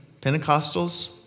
Pentecostal's